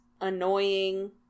annoying